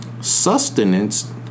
sustenance